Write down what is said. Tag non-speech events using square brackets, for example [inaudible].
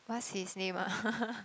what's his name ah [laughs]